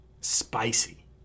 spicy